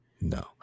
No